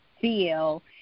feel –